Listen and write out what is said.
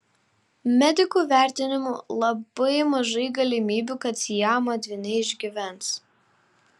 medikų vertinimu labai mažai galimybių kad siamo dvyniai išgyvens